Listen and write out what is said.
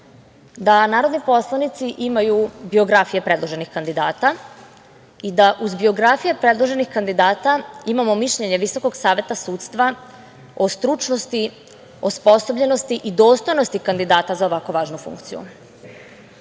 da narodni poslanici imaju biografije predloženih kandidata i da uz biografije predloženih kandidata imamo mišljenje Visokog saveta sudstva o stručnosti, osposobljenosti i dostojnosti kandidata za ovako važnu